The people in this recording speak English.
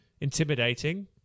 intimidating